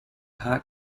hot